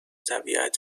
طبیعت